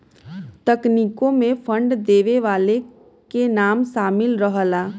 तकनीकों मे फंड देवे वाले के नाम सामिल रहला